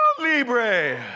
Libre